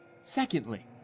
Secondly